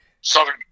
Southern